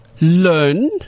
learn